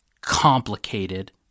complicated